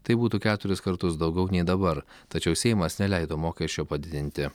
tai būtų keturis kartus daugiau nei dabar tačiau seimas neleido mokesčio padidinti